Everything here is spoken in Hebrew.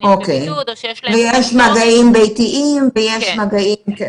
בבידוד או שיש להם סימפטומים --- ויש מגעים ביתיים ויש פנימיים.